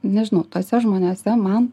nežinau tuose žmonėse man